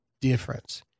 difference